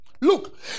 look